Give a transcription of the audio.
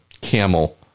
camel